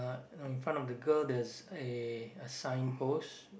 no infront of the girl there's a a signpost